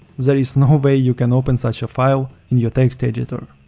there is no way you can open such a file in your text editor.